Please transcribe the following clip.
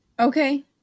Okay